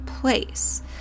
place